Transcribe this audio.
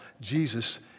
Jesus